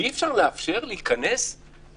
ואי אפשר לאפשר לאולם,